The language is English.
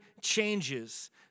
changes